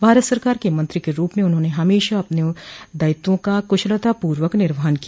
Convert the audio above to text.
भारत सरकार के मंत्री के रूप में उन्होंने हमेशा अपने दायित्वों का कुशलतापूर्वक निर्वहन किया